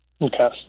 Okay